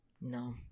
No